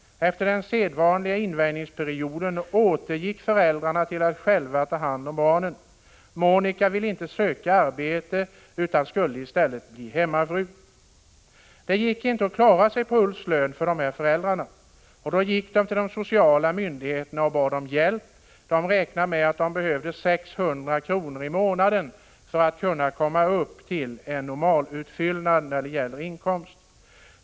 Efter den sedvanliga invänjningsperioden återgick föräldrarna till att själva ta hand om barnen. Monika ville inte söka arbete utan skulle i stället bli hemmafru. Det gick inte för de här föräldrarna att klara sig på Ulfs lön. Då gick de till de sociala myndigheterna och bad om hjälp. De räknade med att de behövde 600 kr. i månaden för att komma upp till en normal utfyllnad av inkomsten.